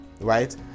right